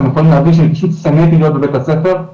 אני פשוט שנאתי להיות בבית הספר,